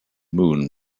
moon